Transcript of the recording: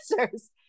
answers